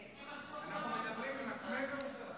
אנחנו מדברים עם עצמנו?